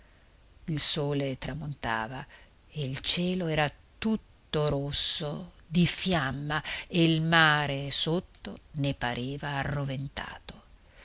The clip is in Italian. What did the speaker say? il sole tramontava e il cielo era tutto rosso di fiamma e il mare sotto ne pareva arroventato